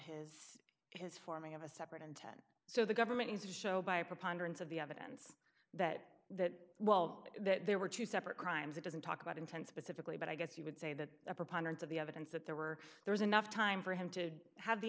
his his forming of a separate and ten so the government is a show by a preponderance of the evidence that that while there were two separate crimes it doesn't talk about intense specifically but i guess you would say that a preponderance of the evidence that there were there is enough time for him to have the